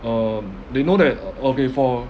um they know that o~ okay for